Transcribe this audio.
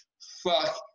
fuck